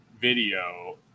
video